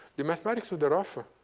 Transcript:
the mathematics of the rough,